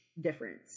difference